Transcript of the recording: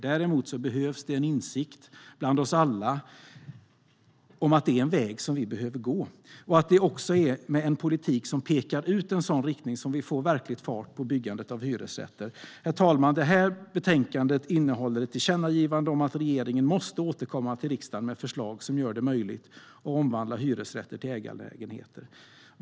Däremot behövs en insikt bland oss alla om att det är en väg vi behöver gå och att det är med en politik som pekar ut en sådan riktning som vi får verklig fart på byggandet av hyresrätter. Herr talman! Betänkandet innehåller ett tillkännagivande om att regeringen måste återkomma till riksdagen med förslag som gör det möjligt att omvandla hyresrätter till ägarlägenheter.